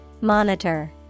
Monitor